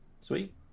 Sweet